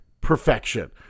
perfection